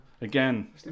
Again